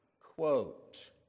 Quote